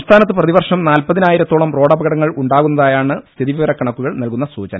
സംസ്ഥാനത്ത് പ്രതിവർഷം നാൽപതി നായിരത്തോളം റോഡപകടങ്ങൾ ഉണ്ടാകുന്നതായാണ് സ്ഥിതി വിവര കണക്കുകൾ നൽകുന്ന സൂചന